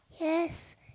yes